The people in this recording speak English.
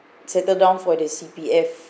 settle down for the C_P_F